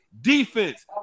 defense